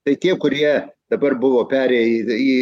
tai tie kurie dabar buvo perėję į